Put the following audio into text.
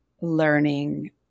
learning